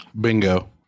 Bingo